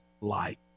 light